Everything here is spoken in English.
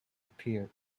appeared